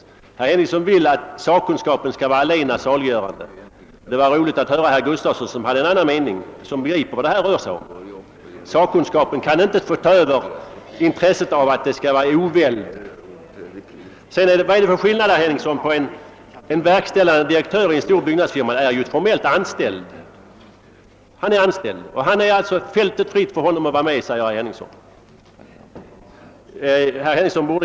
Herr Henningsson vill att sakkunskapen skall vara allena saliggörande. Det var roligt att höra herr Gustavsson i Ängelholm som hade en annan mening. Han begriper vad detta rör sig om. Sakkunskapen kan inte få ta över vårt intresse av oväld. En verkställande direktör i en stor byggnadsfirma får alltså enligt herr Henningsson vara med. Fältet är fritt för honom att vara med, säger herr Henningsson.